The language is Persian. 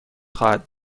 خواهد